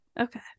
Okay